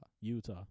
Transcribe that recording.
Utah